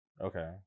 Okay